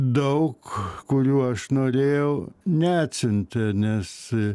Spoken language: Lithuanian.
daug kurių aš norėjau neatsiuntė nes